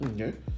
Okay